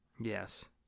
Yes